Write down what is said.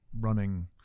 running